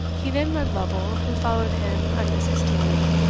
he then led lovel, who followed him unresistingly,